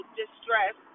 distress